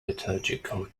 liturgical